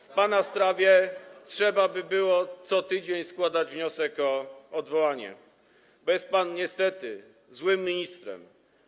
W pana sprawie trzeba by było co tydzień składać wniosek o odwołanie, bo jest pan, niestety, złym ministrem.